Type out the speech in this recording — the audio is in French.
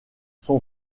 son